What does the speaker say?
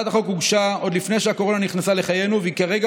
אינו נוכח, חבר הכנסת אוסאמה סעדי, מוותר,